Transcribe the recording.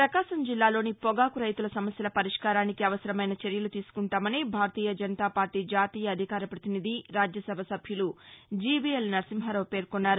ప్రపకాశం జిల్లాలోని పొగాకు రైతుల సమస్యల పరిష్కారానికి అవసరమైన చర్యలు తీసుకుంటామని భారతీయ జనతా పార్టీ జాతీయ అధికార ప్రతినిధి రాజ్యసభ సభ్యులు జివీఎల్ నరసింహారావు పేర్కొన్నారు